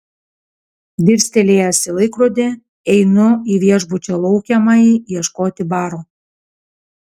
dirstelėjęs į laikrodį einu į viešbučio laukiamąjį ieškoti baro